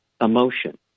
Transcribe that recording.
emotion